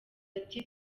ati